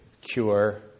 cure